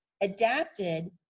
adapted